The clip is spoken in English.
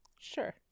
Sure